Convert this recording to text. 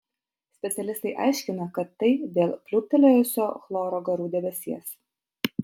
specialistai aiškina kad tai dėl pliūptelėjusio chloro garų debesies